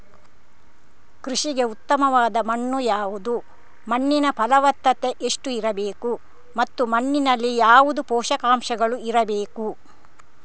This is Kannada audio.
ಕೃಷಿಗೆ ಉತ್ತಮವಾದ ಮಣ್ಣು ಯಾವುದು, ಮಣ್ಣಿನ ಫಲವತ್ತತೆ ಎಷ್ಟು ಇರಬೇಕು ಮತ್ತು ಮಣ್ಣಿನಲ್ಲಿ ಯಾವುದು ಪೋಷಕಾಂಶಗಳು ಇರಬೇಕು?